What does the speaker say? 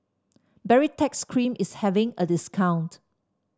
Baritex Cream is having a discount